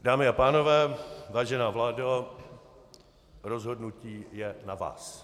Dámy a pánové, vážená vládo, rozhodnutí je na vás.